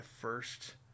first